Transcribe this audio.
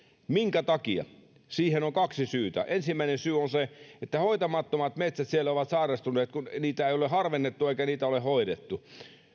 minkä takia siihen on kaksi syytä ensimmäinen syy on se että hoitamattomat metsät siellä ovat sairastuneet kun niitä ei ole harvennettu eikä niitä ole hoidettu